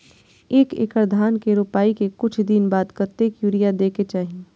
एक एकड़ धान के रोपाई के कुछ दिन बाद कतेक यूरिया दे के चाही?